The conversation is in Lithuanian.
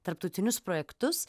tarptautinius projektus